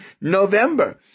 November